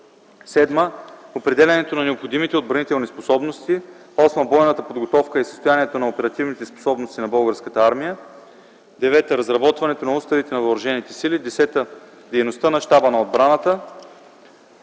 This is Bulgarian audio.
сили; 7. определянето на необходимите отбранителни способности; 8. бойната подготовка и състоянието на оперативните способности на Българската армия; 9. разработването на уставите на въоръжените сили; 10. дейността на Щаба на отбраната.